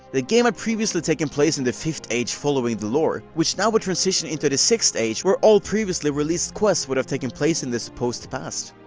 the game had previously taken place in the fifth age following the lore, which now would transition in to the sixth age, where all previously released quests would have taken place in the supposed past.